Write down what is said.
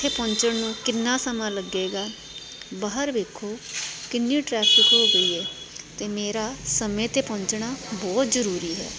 ਉੱਥੇ ਪਹੁੰਚਣ ਨੂੰ ਕਿੰਨਾ ਸਮਾਂ ਲੱਗੇਗਾ ਬਾਹਰ ਵੇਖੋ ਕਿੰਨੀ ਟਰੈਫਿਕ ਹੋ ਗਈ ਹੈ ਅਤੇ ਮੇਰਾ ਸਮੇਂ 'ਤੇ ਪਹੁੰਚਣਾ ਬਹੁਤ ਜ਼ਰੂਰੀ ਹੈ